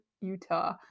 Utah